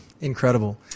Incredible